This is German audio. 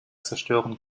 zerstören